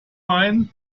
mein